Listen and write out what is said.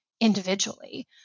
individually